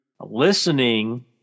listening